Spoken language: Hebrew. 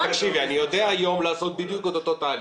אני יודע היום לעשות בדיוק את אותו תהליך.